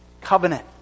covenant